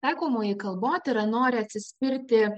taikomoji kalbotyra nori atsiskirti